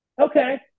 okay